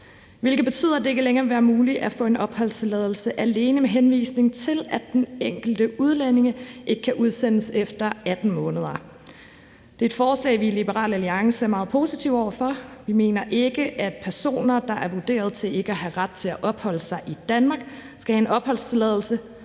hvilket betyder, at det ikke længere vil være muligt at få en opholdstilladelse, alene med henvisning til at den enkelte udlænding ikke har kunnet udsendes efter 18 måneder. Det er et forslag, som vi i Liberal Alliance er meget positive over for. Vi mener ikke, at personer, der er vurderet til ikke at have ret til at opholde sig i Danmark, skal have en opholdstilladelse,